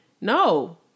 No